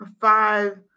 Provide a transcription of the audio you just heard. five